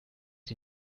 sie